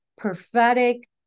prophetic